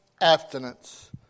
abstinence